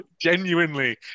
Genuinely